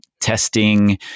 testing